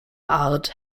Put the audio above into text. art